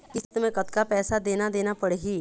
किस्त म कतका पैसा देना देना पड़ही?